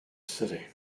city